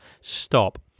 stop